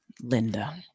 Linda